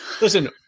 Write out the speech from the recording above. listen